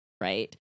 Right